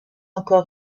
encore